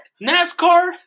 NASCAR